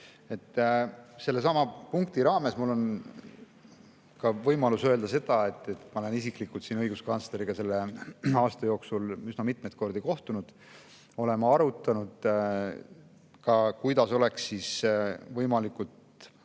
Sellesama punkti raames on mul võimalus öelda, et ma olen isiklikult õiguskantsleriga selle aasta jooksul üsna mitmeid kordi kohtunud. Oleme arutanud ka, kuidas oleks võimalik